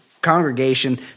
congregation